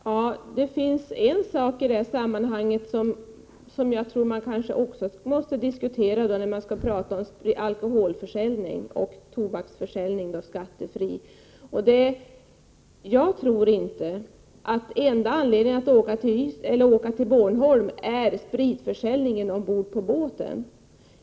Herr talman! Det finns en sak i detta sammanhang som jag tror att man måste diskutera när man pratar om skattefri försäljning av alkohol och tobak. Jag tror inte att den enda anledningen till att åka till Bornholm är den spritförsäljning som sker ombord på båten.